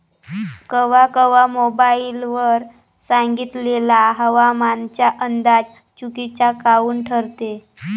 कवा कवा मोबाईल वर सांगितलेला हवामानाचा अंदाज चुकीचा काऊन ठरते?